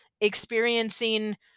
experiencing